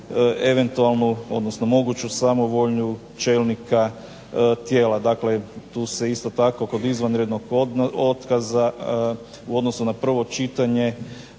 eventualnu odnosno moguću samovolju čelnika tijela. Dakle, tu se isto tako kod izvanrednog otkaza u odnosu na prvo čitanje